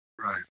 Right